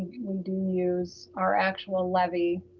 we do use our actual levy